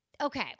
Okay